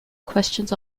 questions